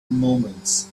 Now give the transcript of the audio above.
moments